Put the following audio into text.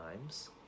times